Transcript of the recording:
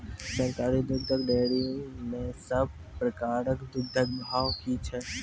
सरकारी दुग्धक डेयरी मे सब प्रकारक दूधक भाव की छै?